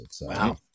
Wow